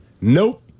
Nope